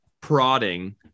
prodding